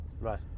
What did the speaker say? right